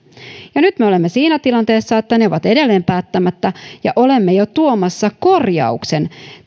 nyt me olemme siinä tilanteessa että ne ovat edelleen päättämättä ja olemme jo tuomassa korjauksen